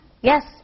Yes